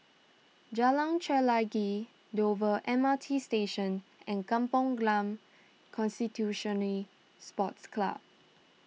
Jalan Chelagi Dover M R T Station and Kampong Glam constitution Sports Club